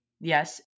Yes